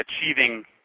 achieving